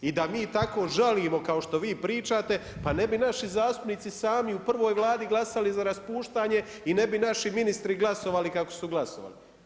I da mi tako žalimo kao što vi pričate, pa ne bi naši zastupnici sami u prvoj vladi glasali za raspuštanje i ne bi naši ministri glasovali kako su glasovali.